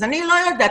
אז אני לא יודעת.